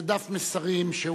זה דף מסרים שהוא,